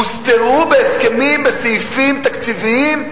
הוסתרו בהסכמים בסעיפים תקציביים,